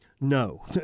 No